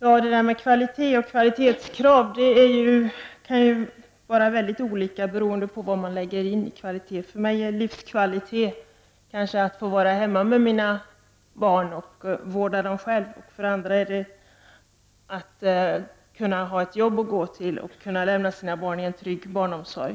Herr talman! Kvalitet och kvalitetskrav kan vara väldigt olika beroende på vad man lägger in i ordet kvalitet. För mig är livskvalitet kanske att få vara hemma med mina barn och få vårda dem själv. För andra är det att ha ett arbete att gå till och att kunna lämna sina barn till en trygg barnomsorg.